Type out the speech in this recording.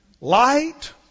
light